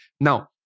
Now